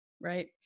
right